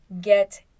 get